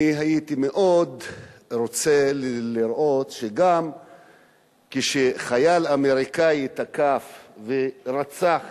הייתי מאוד רוצה לראות שגם כשחייל אמריקני תקף ורצח